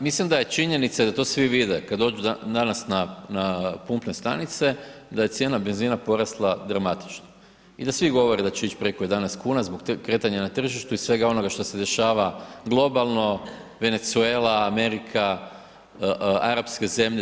Pa mislim da je činjenica da to svi vide kad dođu danas na pumpne stanice, da je cijena benzina porasla dramatično i da svi govore da će ić preko 11 kn zbog tih kretanja na tržištu i svega onoga što se dešava globalno, Venezuela, Amerika, arapske zemlje.